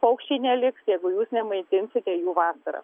paukščiai neliks jeigu jūs nemaitinsite jų vasarą